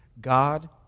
God